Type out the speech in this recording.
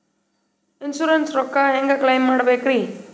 Insurance ರೊಕ್ಕ ಹೆಂಗ claim ಮಾಡ್ಬೇಕ್ರಿ?